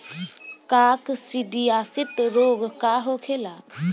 काकसिडियासित रोग का होखेला?